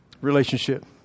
relationship